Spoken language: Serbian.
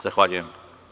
Zahvaljujem.